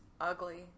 ugly